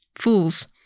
Fools